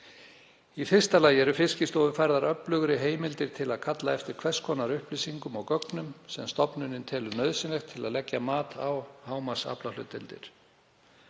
Í fyrsta lagi eru Fiskistofu færðar öflugri heimildir til að kalla eftir hvers konar upplýsingum og gögnum sem stofnunin telur nauðsynlegar til að leggja mat á hámarksaflahlutdeildir.